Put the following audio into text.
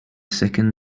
second